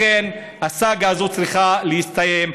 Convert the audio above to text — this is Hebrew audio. לכן, הסאגה הזאת צריכה להסתיים.